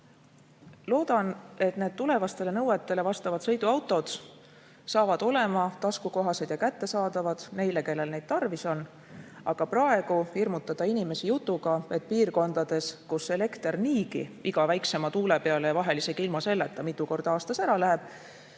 Loodan, et need tulevastele nõuetele vastavad sõiduautod saavad olema taskukohased ja kättesaadavad neile, kellel neid tarvis on. Aga praegu hirmutada inimesi jutuga, et piirkondades, kus elekter niigi iga väiksema tuule peale ja vahel isegi ilma selleta mitu korda aastas ära läheb